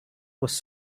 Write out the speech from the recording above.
was